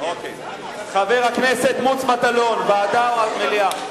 חבר הכנסת מוץ מטלון, ועדה או מליאה?